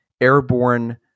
airborne